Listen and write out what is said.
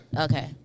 Okay